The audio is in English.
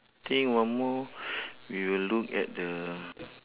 think one more we will look at the